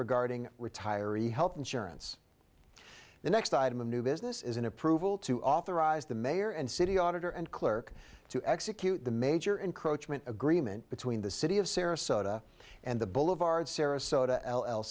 regarding retiree health insurance the next item of new business is an approval to authorize the mayor and city auditor and clerk to execute the major encroachment agreement between the city of sarasota and the boulevard sarasota l l